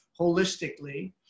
holistically